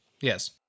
Yes